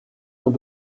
ont